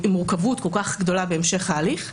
כאשר יש מורכבות כל כך גדולה בהמשך ההליך.